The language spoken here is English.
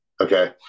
okay